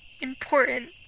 important